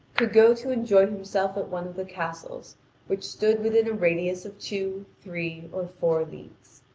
could go to enjoy himself at one of the castles which stood within a radius of two, three, or four leagues.